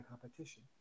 competition